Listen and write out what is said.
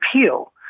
appeal